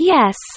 Yes